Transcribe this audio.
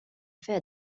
fait